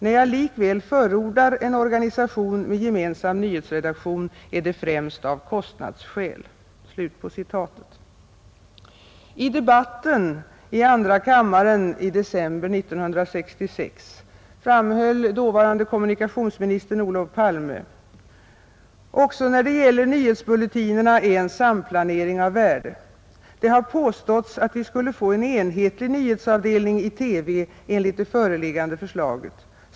När jag likväl förordar en organisation med gemensam nyhetsredaktion är det främst av kostnadsskäl.” I debatten i andra kammaren i december 1966 framhöll dåvarande kommunikationsministern Olof Palme: ”Också när det gäller nyhetsbulletinerna är en samplanering av värde. Det har påståtts att vi skulle få en enhetlig nyhetsavdelning i TV enligt det föreliggande förslaget.